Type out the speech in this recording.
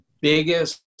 biggest